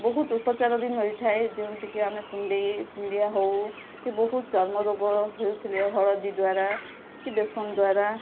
ବହୁତ ଉପଚାର ବି ମିଳିଥାଏ ଯେଉଁଟା କି ଆମେ କୁଣ୍ଡେଇ କୁଣ୍ଡିଆ ହେଉ କି ବହୁତ ଚର୍ମ ରୋଗ ହେଉଥିଲେ ହଳଦୀ ଦ୍ୱାରା କି ବେସନ ଦ୍ୱାରା